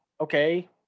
okay